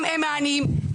גם להם אין מענים,